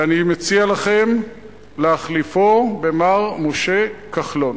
ואני מציע לכם להחליפו במר משה כחלון.